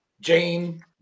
Jane